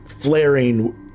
flaring